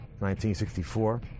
1964